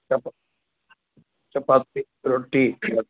चपा चपाति रोट्टि